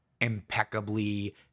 impeccably